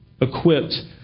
equipped